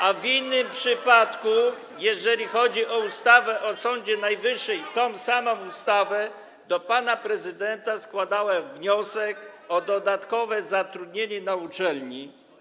a w innym przypadku, jeżeli chodzi o ustawę o Sądzie Najwyższym, tę samą ustawę, składała do pana prezydenta wniosek o dodatkowe zatrudnienie na uczelni?